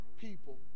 people